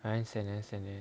understand understand